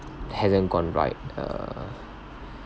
hasn't gone right err